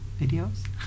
videos